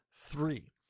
Three